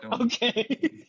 Okay